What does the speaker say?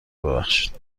ببخشید